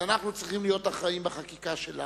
אז אנחנו צריכים להיות אחראיים בחקיקה שלנו.